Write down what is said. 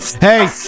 hey